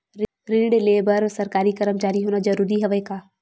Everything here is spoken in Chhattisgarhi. ऋण ले बर सरकारी कर्मचारी होना जरूरी हवय का?